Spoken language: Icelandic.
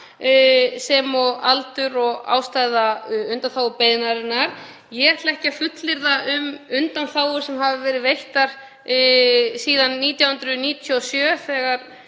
sem og aldur og ástæða undanþágubeiðninnar. Ég ætla ekki að fullyrða um undanþágur sem hafa verið veittar síðan 1997 þegar